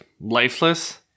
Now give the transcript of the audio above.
lifeless